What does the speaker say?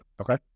okay